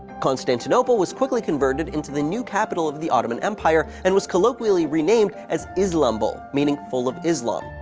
constantinople was quickly converted into the new capital of the ottoman empire, and was colloquially renamed as islambol, meaning full of islam.